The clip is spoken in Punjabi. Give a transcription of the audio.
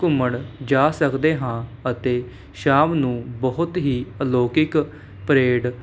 ਘੁੰਮਣ ਜਾ ਸਕਦੇ ਹਾਂ ਅਤੇ ਸ਼ਾਮ ਨੂੰ ਬਹੁਤ ਹੀ ਅਲੌਕਿਕ ਪਰੇਡ